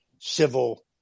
civil